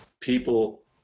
people